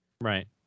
Right